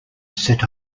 set